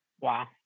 Wow